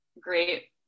great